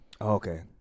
Okay